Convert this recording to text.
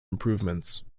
improvements